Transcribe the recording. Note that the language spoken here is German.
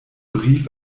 brief